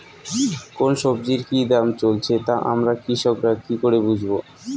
কোন সব্জির কি দাম চলছে তা আমরা কৃষক রা কি করে বুঝবো?